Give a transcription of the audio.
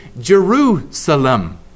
Jerusalem